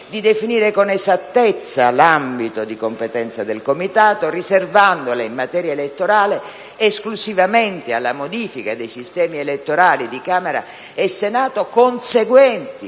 di definire con esattezza l'ambito di competenza del Comitato riservandolo in materia elettorale esclusivamente alla modifica dei sistemi elettorali di Camera e Senato conseguenti